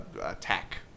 attack